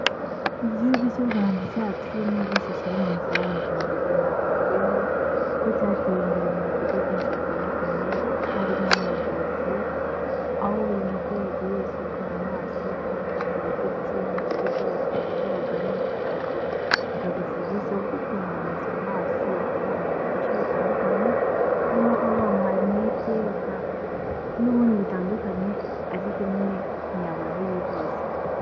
Igihugu cy'u Rwanda cyacu nubwo kikiri mu nzira y'amajyambere, ntabwo bikuyeho ko cyateye imbere mu bikorwa byinshi bitandukanye, harimo n'ubuvuzi, aho buri muturage wese urwaye amaso, aba afite ibigo byinshi by'ubuvuzi ari bugane agahabwa serivisi yo gutunganyirizwa amaso, bakaba bamuha ubufasha butandukanye, harimo kuba bamuha rinete n'ubundi butandukanye ariko nyine ntiyabura aho yivuza.